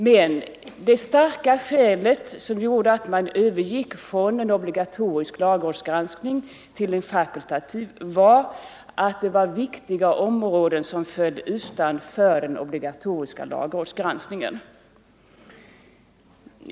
Men det starka skälet som gjorde att man övergick från en obligatorisk lagrådsgranskning till en fakultativ granskning var att viktiga områden föll utanför den obligatoriska lagrådsgranskningen.